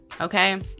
okay